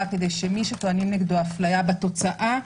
כדי שמי שטוענים נגדו הפליה בתוצאה,